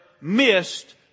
missed